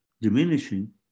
diminishing